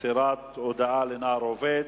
(מסירת הודעה לנער עובד),